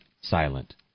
silent